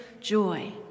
joy